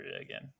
again